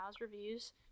reviews